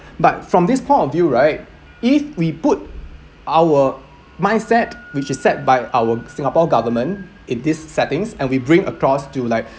but from this point of view right if we put our mindset which is set by our singapore government in these settings and we bring across to like